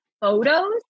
photos